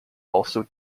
also